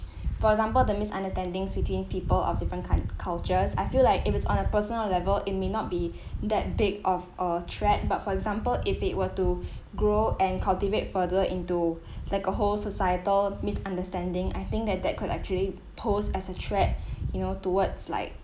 for example the misunderstandings between people of different coun~ cultures I feel like if it's on a personal level it may not be that big of a threat but for example if it were to grow and cultivate further into like a whole societal misunderstanding I think that that could actually pose as a threat you know towards like